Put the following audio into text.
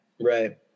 Right